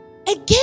Again